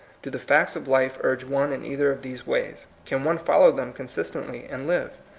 do the facts of life urge one in either of these ways? can one follow them consistently and live?